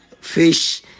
fish